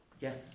Yes